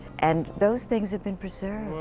and those things have been preserved.